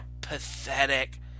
pathetic